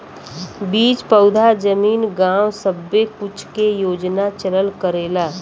बीज पउधा जमीन गाव सब्बे कुछ के योजना चलल करेला